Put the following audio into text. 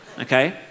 Okay